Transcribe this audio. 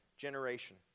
generation